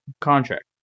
contract